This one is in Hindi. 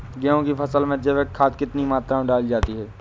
गेहूँ की फसल में जैविक खाद कितनी मात्रा में डाली जाती है?